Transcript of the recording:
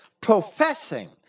Professing